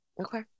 okay